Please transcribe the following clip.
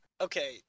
Okay